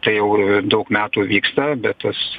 tai jau daug metų vyksta bet tas